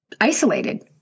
isolated